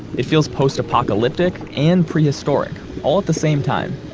it feels post-apocalyptic and prehistoric all at the same time,